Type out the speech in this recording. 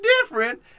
different